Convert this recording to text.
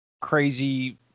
crazy